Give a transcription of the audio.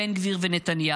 בן גביר ונתניהו.